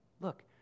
Look